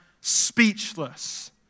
speechless